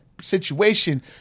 Situation